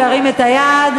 שירים את היד.